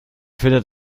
findet